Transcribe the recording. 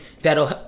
that'll